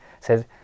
says